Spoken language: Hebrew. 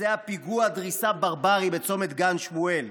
ביצע פיגוע דריסה ברברי בצומת גן שמואל,